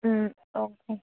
okay